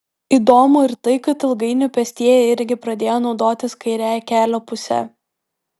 įdomu ir tai kad ilgainiui pėstieji irgi pradėjo naudotis kairiąja kelio puse